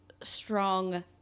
strong